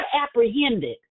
apprehended